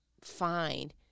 find